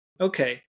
okay